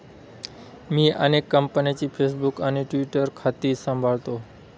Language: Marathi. मी अनेक कंपन्यांची फेसबुक आणि ट्विटर खाती सांभाळतो